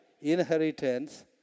inheritance